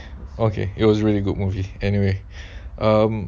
okay it was really good movie anyway um